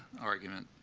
argument,